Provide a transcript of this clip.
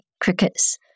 crickets